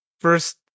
First